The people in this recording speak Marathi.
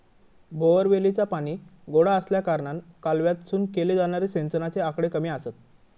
बोअरवेलीचा पाणी गोडा आसल्याकारणान कालव्यातसून केले जाणारे सिंचनाचे आकडे कमी आसत